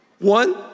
One